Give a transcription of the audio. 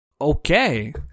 okay